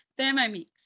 Thermomix